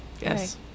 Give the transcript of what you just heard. Yes